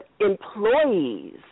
employees